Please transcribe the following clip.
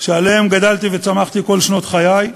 שעליהם גדלתי וצמחתי כל שנות חיי,